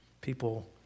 People